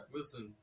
Listen